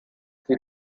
sie